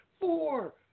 Four